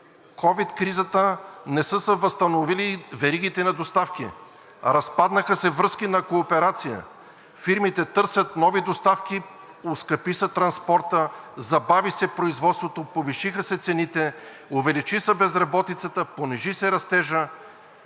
ковид кризата не са се възстановили веригите на доставки, разпаднаха се връзки на кооперация, фирмите търсят нови доставки, оскъпи се транспортът, забави се производството, повишиха се цените, увеличи се безработицата, понижи се растежът.